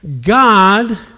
God